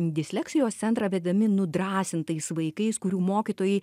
disleksijos centrą vedami nudrąsintais vaikais kurių mokytojai